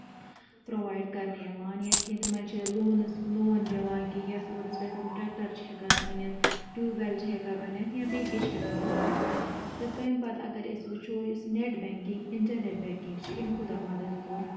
provide کَرنہٕ یِوان یا کیٛنہہ تِمن چھِ لونز لون دِوان کہ یتھ لونس پیٹھ تِم ٹریٚکٹر چھِ ہیٚکان أنتھ ٹیٚوب وٮ۪ل چھِ ہیٚکان أنتھ یا بیٚیہِ کینہہ چھِ ہیٚکان بَنٲوِتھ تہٕ تٔمۍ پتہٕ اگرے أسۍ وٕچھو یۄس نٮ۪ٹ بینکنگ انٹرنیٹ بینکنگ چھِ أمۍ کوٗتاہ مدد کوٛر